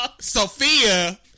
Sophia